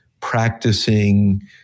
practicing